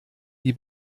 die